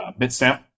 Bitstamp